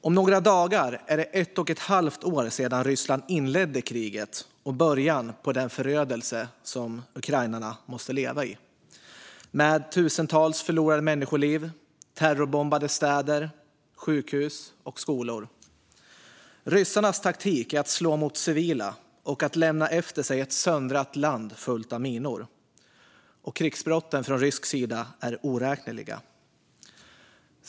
Om några dagar är det ett och ett halvt år sedan Ryssland inledde kriget och därmed den förödelse som ukrainarna måste leva i, med tusentals förlorade människoliv och terrorbombade städer, sjukhus och skolor. Ryssarnas taktik är att slå mot civila och att lämna efter sig ett söndrat land fullt av minor. Krigsbrotten från rysk sida är oräkneliga.